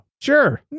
sure